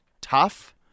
tough